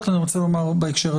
אמרתי את זה קודם ואני אחזור על זה,